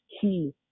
key